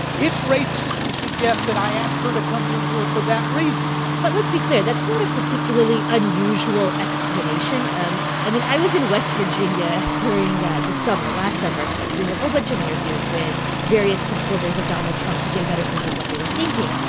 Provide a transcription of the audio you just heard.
it's racist to suggest that i ask her to come in here for that reason but let's be clear. that's not a particularly unusual explanation. um i mean, i was in west virginia during the summer last summer doing a whole bunch of interviews with various supporters of donald trump to get a better sense of what they were thinking.